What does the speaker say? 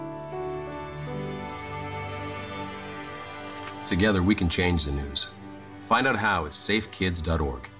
e together we can change the news find out how it's safe kids dot org